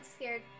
scared